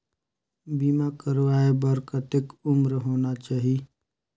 बीमा करवाय बार कतेक उम्र होना चाही?